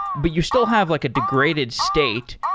but you still have like a degraded state.